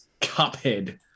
Cuphead